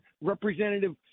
representative